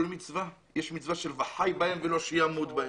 מצווה יש מצווה: "וחי בהם" ולא שימות בהם.